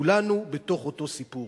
כולנו בתוך אותו סיפור.